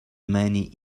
many